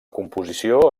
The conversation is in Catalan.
composició